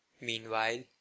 Meanwhile